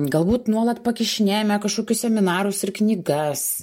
galbūt nuolat pakišinėjame kašokius seminarus ir knygas